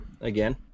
again